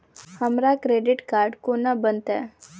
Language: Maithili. हमरा क्रेडिट कार्ड कोना बनतै?